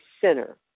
center